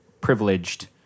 privileged